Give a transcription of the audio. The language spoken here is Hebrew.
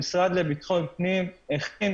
המשרד לביטחון פנים הכין